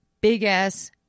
big-ass